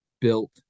built